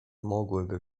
mogłyby